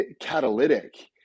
catalytic